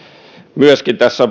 myöskin